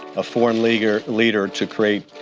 a foreign leader leader to create